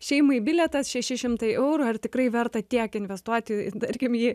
šeimai bilietas šeši šimtai eurų ar tikrai verta tiek investuoti tarkim ji